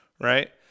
right